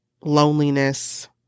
loneliness